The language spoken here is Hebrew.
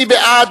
מי בעד?